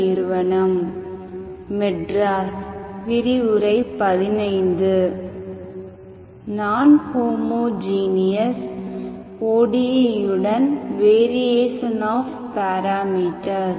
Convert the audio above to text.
நான் homogeneous ODE யுடன் variation of parameters